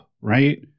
right